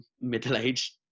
middle-aged